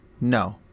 No